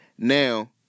Now